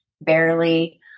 barely